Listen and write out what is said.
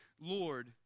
Lord